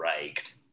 raked